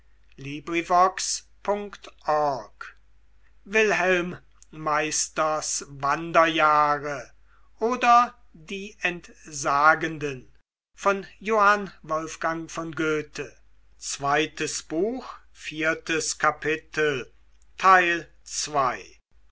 wilhelm meisters wanderjahre oder die entsagenden